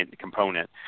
component